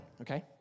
okay